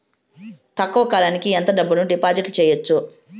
తక్కువ కాలానికి ఎంత డబ్బును డిపాజిట్లు చేయొచ్చు?